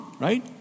right